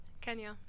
Kenya